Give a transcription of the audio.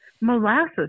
molasses